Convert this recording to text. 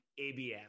ABM